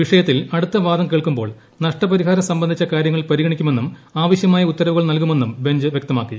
വിഷയത്തിൽ അടുത്തവാദം കേൾക്കുമ്പോൾ നഷ്ടപരിഹാരം സംബന്ധിച്ച കാരൃങ്ങൾ പരിഗണിക്കുമെന്നും ആവശ്യമായ ഉത്തര വുകൾ നൽകുമെന്നും ബെഞ്ച് വൃക്തമാക്കി